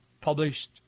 published